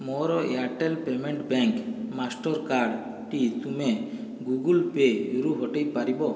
ମୋର Airtel payment bank Mastercard ଟି ତୁମେ ଗୁଗଲ୍ ପେ ରୁ ହଟେଇ ପାରିବ